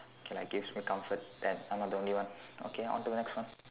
okay like gives me comfort that I'm not the only one okay on to the next one